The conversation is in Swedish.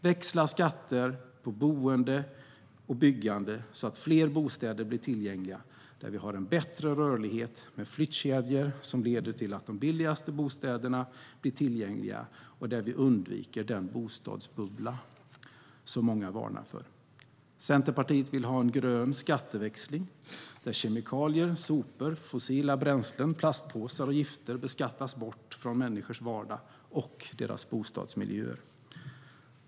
Växla skatter på boende och byggande så att fler bostäder blir tillgängliga med en bättre rörlighet, med flyttkedjor som leder till att de billigaste bostäderna blir tillgängliga och där vi undviker den bostadsbubbla som många varnar för. Centerpartiet vill ha en grön skatteväxling där kemikalier, sopor, fossila bränslen, plastpåsar och gifter beskattas bort från människors vardag och deras bostadsmiljö.